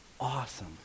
awesome